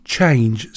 Change